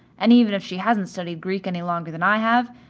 and even if she hasn't studied greek any longer than i have,